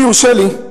אם יורשה לי,